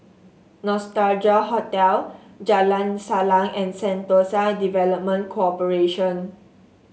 Nostalgia Hotel Jalan Salang and Sentosa Development Corporation